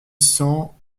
cent